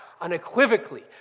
Unequivocally